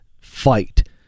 fight